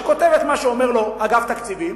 שכותב את מה שאומר לו אגף תקציבים,